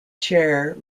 chair